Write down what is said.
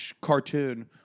cartoon